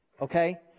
Okay